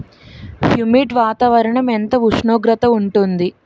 Humid వాతావరణం ఎంత ఉష్ణోగ్రత ఉంటుంది?